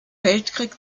weltkrieg